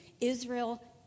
Israel